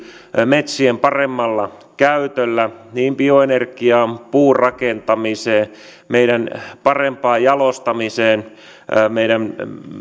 metsien paremmalla käytöllä löytyy kasvua bioenergiaan puurakentamiseen parempaan jalostamiseen meidän